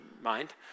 mind